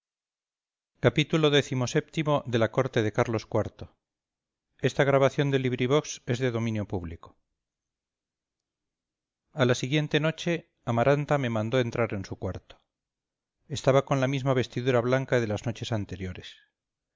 xxvi xxvii xxviii la corte de carlos iv de benito pérez galdós a la siguiente noche amaranta me mandó entrar en su cuarto estaba con la misma vestidura blanca de las noches anteriores